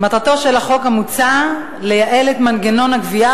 מטרתו של החוק המוצע לייעל את מנגנון הגבייה